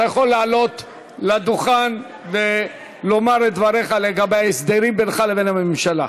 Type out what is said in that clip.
אתה יכול לעלות לדוכן ולומר את דבריך לגבי ההסדרים בינך לבין הממשלה.